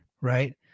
Right